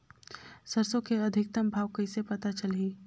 सरसो के अधिकतम भाव कइसे पता चलही?